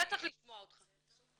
היה צריך לשמוע אותך.